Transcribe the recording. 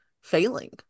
failing